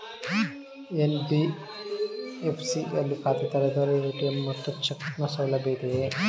NBFC ಯಲ್ಲಿ ಖಾತೆ ತೆರೆದರೆ ಎ.ಟಿ.ಎಂ ಮತ್ತು ಚೆಕ್ ನ ಸೌಲಭ್ಯ ಇದೆಯಾ?